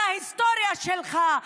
על ההיסטוריה שלך,